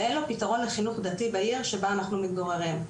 ואין לו פתרון לחינוך דתי בעיר שבה אנחנו מתגוררים.